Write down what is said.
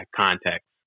context